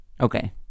Okay